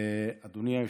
אדוני היושב-ראש,